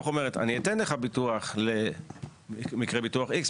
אומרת: אני אתן לך ביטוח למקרה איקס,